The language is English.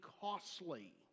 costly